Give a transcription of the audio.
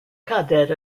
cadair